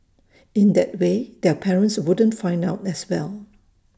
in that way their parents wouldn't find out as well